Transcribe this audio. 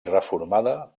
reformada